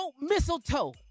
mistletoe